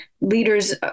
leaders